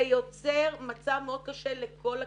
זה יוצר מצב מאוד קשה לכל הקהילות,